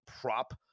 prop